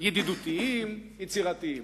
ידידותיים, יצירתיים.